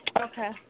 Okay